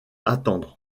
attendre